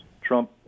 Trump